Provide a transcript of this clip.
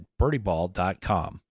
birdieball.com